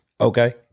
Okay